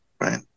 right